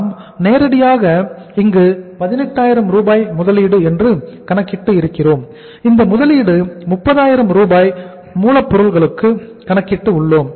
நாம் இங்கு நேரடியாக 18000 ரூபாய் முதலீடு என்று கணக்கிட்டு இருக்கிறோம் இந்த முதலீடு 30000 ரூபாய் மூலப் பொருள்களுக்கு கணக்கிட்டு உள்ளோம்